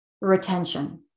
retention